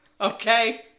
Okay